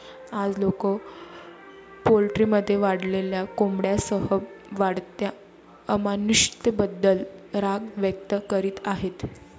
आज, लोक पोल्ट्रीमध्ये वाढलेल्या कोंबड्यांसह वाढत्या अमानुषतेबद्दल राग व्यक्त करीत आहेत